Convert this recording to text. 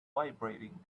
vibrating